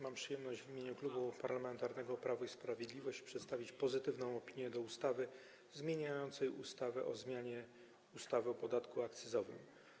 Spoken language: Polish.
Mam przyjemność w imieniu Klubu Parlamentarnego Prawo i Sprawiedliwość przedstawić pozytywną opinię odnośnie do projektu ustawy zmieniającej ustawę o zmianie ustawy o podatku akcyzowym.